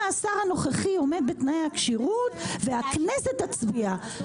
השר הנוכחי עומד בתנאי הכשירות והכנסת תצביע.